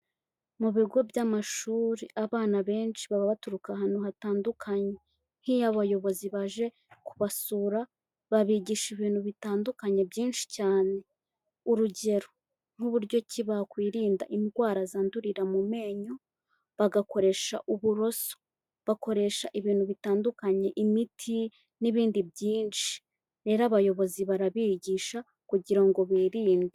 Mu bigo by'amashuri abana benshi baba baturuka ahantu hatandukanye, nk'iyo abayobozi baje kubasura babigisha ibintu bitandukanye byinshi cyane. Urugero nk'uburyo ki bakwirinda indwara zandurira mu menyo bagakoresha uburoso bakoresha ibintu bitandukanye imiti n'ibindi byinshi, rero abayobozi barabigisha kugira ngo birinde.